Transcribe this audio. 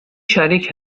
شریک